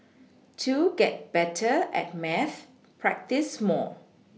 to get better at maths practise more